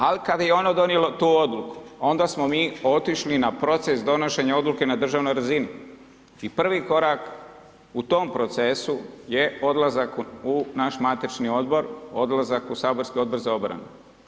Al kad je ono donijelo tu odluku onda smo mi otišli na proces donošenja odluke na državnoj razini i prvi korak u tom procesu je odlazak u naš matični odbor, odlazak u saborski Odbor za obranu.